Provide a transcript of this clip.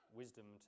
wisdom